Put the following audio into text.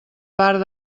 part